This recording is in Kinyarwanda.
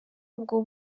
ubwo